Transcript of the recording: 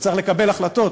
צריך לקבל החלטות.